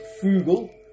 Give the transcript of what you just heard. frugal